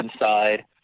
inside